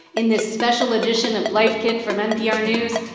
in this special edition of life kit from npr news,